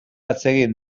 atsegin